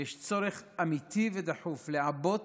ויש צורך אמיתי ודחוף לעבות